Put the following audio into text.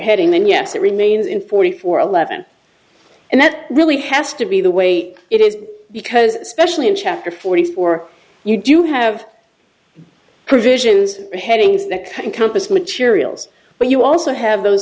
heading then yes it remains in forty four eleven and that really has to be the way it is because especially in chapter forty four you do have provisions headings that compass materials but you also have those